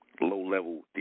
low-level